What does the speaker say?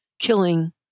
killing